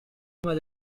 prima